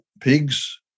pigs